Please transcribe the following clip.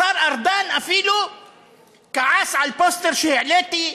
השר ארדן אפילו כעס על פוסטר שהעליתי,